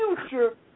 future